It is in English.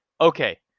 Okay